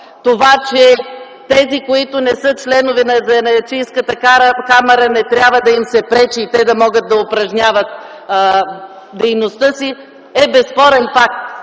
Това, че тези, които не са членове на Занаятчийската камара, не трябва да им се пречи и те да могат да упражняват дейността си, е безспорен факт.